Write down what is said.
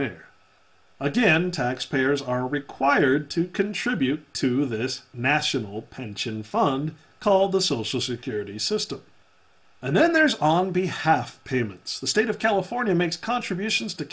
there again taxpayers are required to contribute to this national pension fund called the social security system and then there's on behalf of payments the state of california makes contributions to